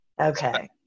okay